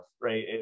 right